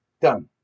done